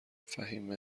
فهیمه